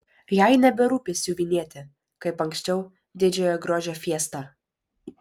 jai neberūpi siuvinėti kaip anksčiau didžiojo grožio fiestą